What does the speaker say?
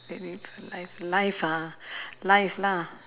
relive a life life ah life lah